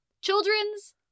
Children's